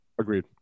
Agreed